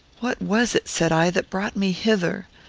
what was it, said i, that brought me hither?